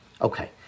Okay